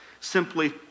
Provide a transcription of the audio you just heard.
simply